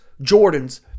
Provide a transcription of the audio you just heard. Jordans